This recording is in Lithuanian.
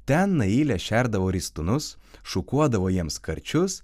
ten nailė šerdavo ristūnus šukuodavo jiems karčius